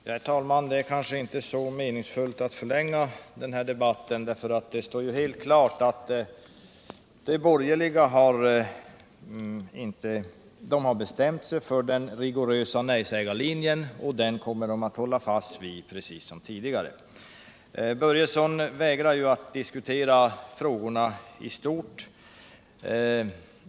Herr talman! Det är kanske inte så meningsfullt att förlänga den här debatten, för det står ju helt klart att de borgerliga har bestämt sig för den rigorösa nej-sägarlinjen. Och den kommer de att hålla fast vid, precis som tidigare. Fritz Börjesson vägrar att diskutera frågorna i stort.